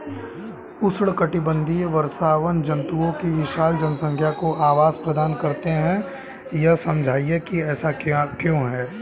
उष्णकटिबंधीय वर्षावन जंतुओं की विशाल जनसंख्या को आवास प्रदान करते हैं यह समझाइए कि ऐसा क्यों है?